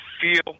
feel